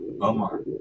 Omar